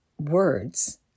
words